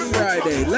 Friday